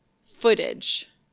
footage